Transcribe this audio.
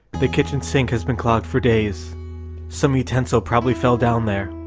the kitchen sink has been clogged for days some utensil probably fell down there.